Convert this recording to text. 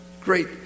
Great